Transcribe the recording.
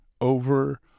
over